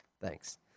Thanks